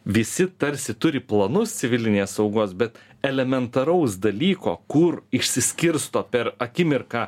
visi tarsi turi planus civilinės saugos bet elementaraus dalyko kur išsiskirsto per akimirką